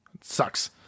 sucks